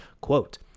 Quote